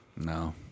No